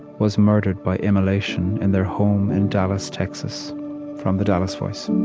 was murdered by immolation in their home in dallas, texas' from the dallas voice.